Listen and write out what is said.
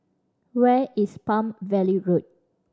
where is Palm Valley Road